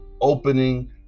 opening